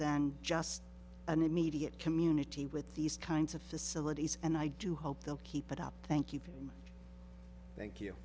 than just an immediate community with these kinds of facilities and i do hope they'll keep it up thank you thank you